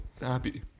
happy